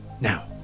now